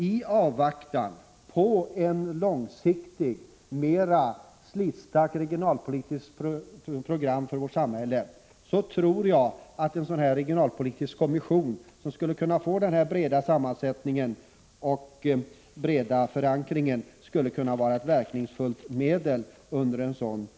I avvaktan på ett långsiktigt och mer slitstarkt regionalpolitiskt program för vårt samhälle tror jag att en regionalpolitisk kommission, som skulle få denna breda sammansättning och breda förankring, skulle vara ett verkningsfullt medel under en övergångsperiod. Prot.